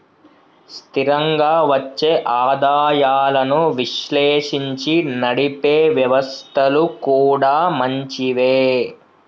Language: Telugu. స్థిరంగా వచ్చే ఆదాయాలను విశ్లేషించి నడిపే వ్యవస్థలు కూడా మంచివే